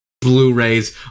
Blu-rays